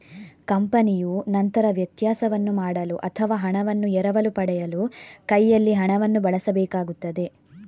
ಕಂಪನಿಯು ನಂತರ ವ್ಯತ್ಯಾಸವನ್ನು ಮಾಡಲು ಅಥವಾ ಹಣವನ್ನು ಎರವಲು ಪಡೆಯಲು ಕೈಯಲ್ಲಿ ಹಣವನ್ನು ಬಳಸಬೇಕಾಗುತ್ತದೆ